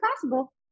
possible